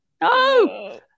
No